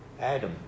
Adam